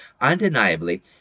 Undeniably